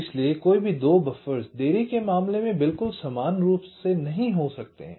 इसलिए कोई भी 2 बफ़र्स देरी के मामले में बिल्कुल समान रूप से नहीं हो सकते हैं